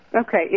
Okay